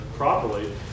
properly